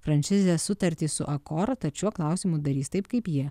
franšizės sutartį su akora tad šiuo klausimu darys taip kaip jie